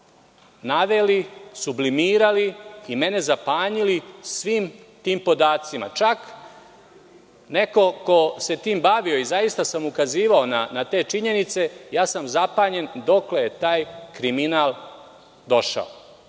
naveli, sublimirali i mene zapanjili svim tim podacima. Čak kao neko ko se time bavio, i zaista sam ukazivao na te činjenice, ja sam zapanjen dokle je taj kriminal došao,